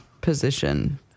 position